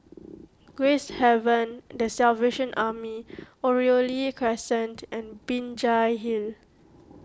Gracehaven the Salvation Army Oriole Crescent and Binjai Hill